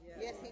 Yes